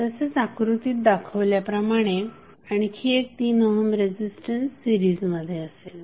तसेच आकृतीत दाखवल्याप्रमाणे आणखी एक 3 ओहम रेझिस्टन्स सीरिजमध्ये असेल